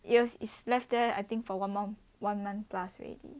it was is left there I think for one month one month plus already